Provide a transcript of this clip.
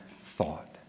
thought